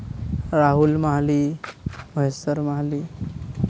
Rahul Mahali Maheswar Mahali